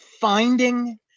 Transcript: finding